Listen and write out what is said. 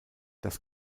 das